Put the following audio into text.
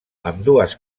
ambdues